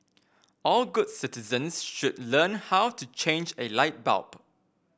all good citizens should learn how to change a light bulb